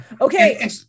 Okay